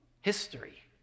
history